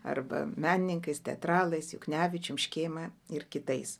arba menininkais teatralais juknevičium škėma ir kitais